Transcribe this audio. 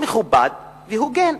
מכובד והוגן,